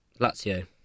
Lazio